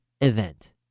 event